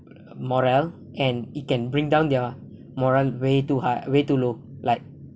morale and it can bring down their moral way too high way too low like